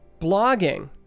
Blogging